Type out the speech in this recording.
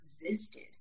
existed